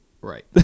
Right